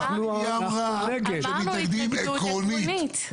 היא אמרה שהם מתנגדים עקרונית.